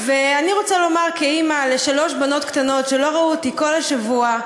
ואני רוצה לומר כאימא לשלוש בנות קטנות שלא ראו אותי כל השבוע,